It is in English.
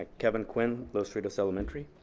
ah kevin quinn. los cerritos elementary.